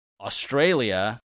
Australia